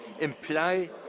imply